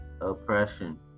oppression